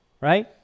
right